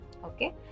Okay